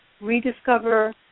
rediscover